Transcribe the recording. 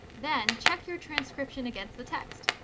then, check your transcription against the text.